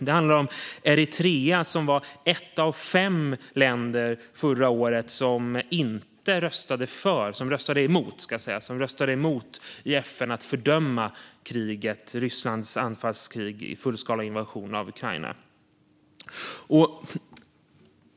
Det handlar om Eritrea som var ett av fem länder förra året som i FN röstade emot att fördöma Rysslands anfallskrig mot och fullskaliga invasion av Ukraina.